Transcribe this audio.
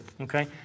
okay